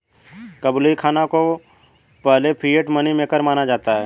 Kublai Khan को पहले fiat money maker माना जाता है